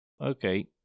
Okay